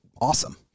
awesome